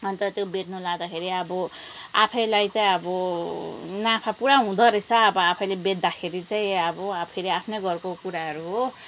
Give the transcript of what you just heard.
अन्त त्यो बेच्नु लाँदाखेरि अब आफैलाई चाहिँ अब नाफा पुरा हुँदोरहेछ अब आफैले बेच्दाखेरि चाहिँ अब आफैले आफ्नै घरको कुराहरू हो